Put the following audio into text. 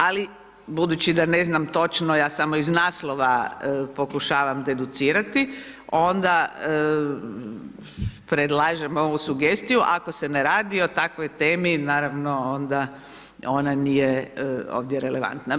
Ali, budući da ne znam točno, ja samo iz naslova pokušavam deducirati, onda, predlažem ovu sugestiju, ako se ne radi o takvoj temi, naravno onda ovdje nije relevantna.